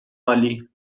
عالی